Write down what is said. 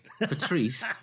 patrice